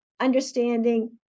understanding